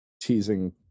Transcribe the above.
teasing